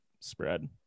spread